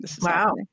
Wow